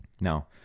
Now